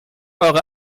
eure